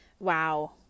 Wow